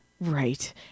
right